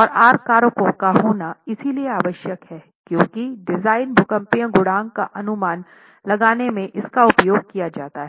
और R कारकों का होना इसलिए आवश्यक है क्यूंकि डिजाइन भूकंपीय गुणांक का अनुमान लगाने में इसका उपयोग किया जाता है